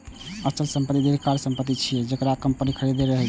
अचल संपत्ति दीर्घकालीन संपत्ति होइ छै, जेकरा कंपनी खरीदने रहै छै